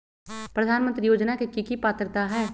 प्रधानमंत्री योजना के की की पात्रता है?